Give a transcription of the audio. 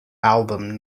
album